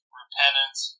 repentance